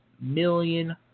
million